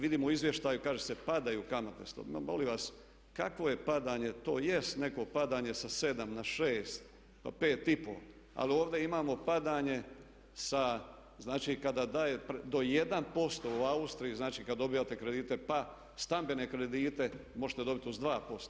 Vidimo u izvještaju kaže se padaju kamatne stope, ma molim vas, kakvo je padanje, to jest neko padanje sa 7 na 6, pa 5,5 ali ovdje imamo padanje sa znači kada daje, do 1% u Austriji, znači kada dobivate kredite, pa stambene kredite možete dobiti uz 2%